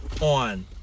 on